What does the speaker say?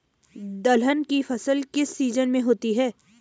दलहन की फसल किस सीजन में होती है?